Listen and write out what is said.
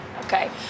Okay